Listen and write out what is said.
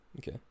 okay